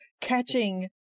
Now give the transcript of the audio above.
catching